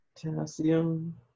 potassium